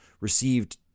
received